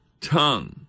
tongue